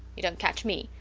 you dont catch me,